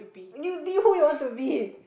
you'll be who you want to be